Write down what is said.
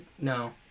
no